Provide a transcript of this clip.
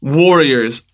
warriors